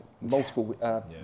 multiple